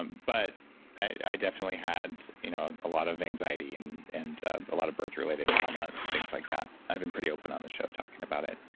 um but i definitely had you know a lot of anxiety and and ah a lot of birth related trauma, and things like that. i've been pretty open on the show talking about it.